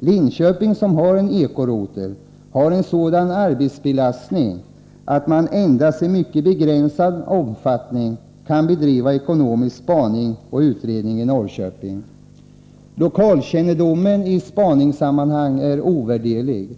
I Linköping — där det finns en eko-rotel — är arbetsbelastningen så stor att man endast i mycket begränsad omfattning kan bedriva ekonomisk spaning och utredning som gäller Norrköping. Lokalkännedomen i spaningssammanhang är ovärderlig.